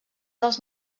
dels